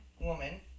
woman